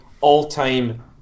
all-time